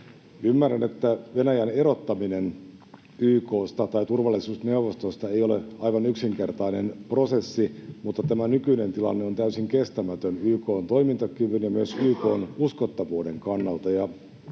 Ymmärrän, että Venäjän erottaminen YK:sta tai turvallisuusneuvostosta ei ole aivan yksinkertainen prosessi, mutta tämä nykyinen tilanne on täysin kestämätön YK:n toimintakyvyn ja myös YK:n uskottavuuden kannalta.